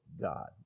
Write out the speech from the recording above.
God